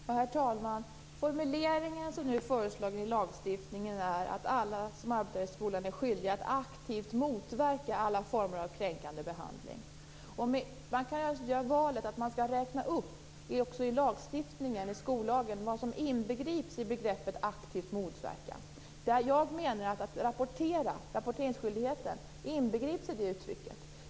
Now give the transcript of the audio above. Herr talman! Formuleringen som nu är föreslagen i lagstiftningen är att alla som arbetar i skolan är skyldiga att aktivt motverka alla former av kränkande behandling. Man kan naturligtvis också i skollagen räkna upp vad som inbegrips i begreppet "aktivt motverka". Jag menar att rapporteringsskyldigheten inbegrips i det uttrycket.